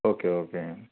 okay okay